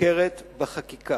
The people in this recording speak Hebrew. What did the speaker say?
מוכרת בחקיקה.